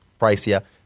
pricier